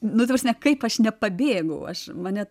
nu ta prasme kaip aš nepabėgau aš mane